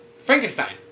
Frankenstein